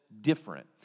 different